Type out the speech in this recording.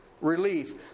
relief